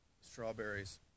Strawberries